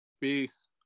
Peace